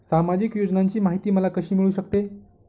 सामाजिक योजनांची माहिती मला कशी मिळू शकते?